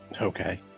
Okay